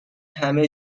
همه